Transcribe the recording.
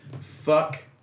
fuck